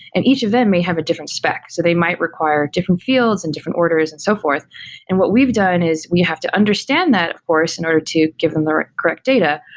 and each of them may have a different spec, so they might require different fields and different orders and so forth and what we've done is we have to understand that of course in order to give them the correct data,